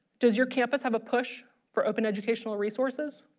does your campus have a push for open educational resources?